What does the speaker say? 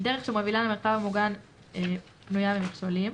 דרך שמובילה למרחב המוגן פנויה ממכשולים,